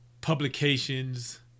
publications